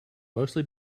mostly